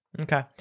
Okay